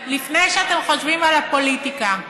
לפני שאתם חושבים על הפוליטיקה.